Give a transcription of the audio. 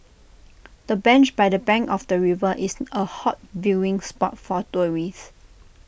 the bench by the bank of the river is A hot viewing spot for tourists